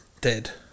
dead